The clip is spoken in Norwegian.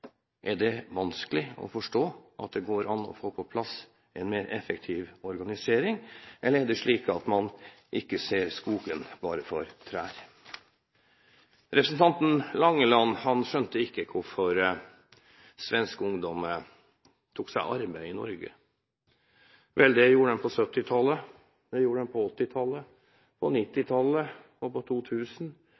Er det vanskelig å forstå at det går an å få på plass en mer effektiv organisering, eller er det slik at man ikke ser skogen for bare trær? Representanten Langeland skjønte ikke hvorfor svensk ungdom tok seg arbeid i Norge. Vel, det gjorde de på 1970-tallet, det gjorde de på 1980-tallet, og det gjorde de på 1990-tallet og på